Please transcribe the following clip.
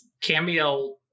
Cameo